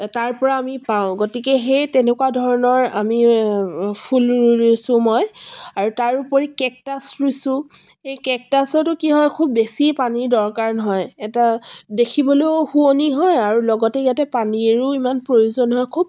তাৰপৰা আমি পাওঁ গতিকে সেই তেনেকুৱা ধৰণৰ আমি ফুল ৰুই ৰুইছোঁ মই আৰু তাৰ উপৰি কেকটাছ ৰুইছোঁ এই কেকটাছতো কি হয় খুব বেছি পানীৰ দৰকাৰ নহয় এটা দেখিবলৈয়ো শুৱনি হয় আৰু লগতে ইয়াতে পানীৰো ইমান প্ৰয়োজন নহয় খুব